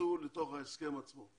ייכנסו לתוך ההסכם עצמו.